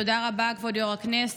תודה רבה, כבוד יו"ר הישיבה.